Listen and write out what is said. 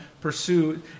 pursue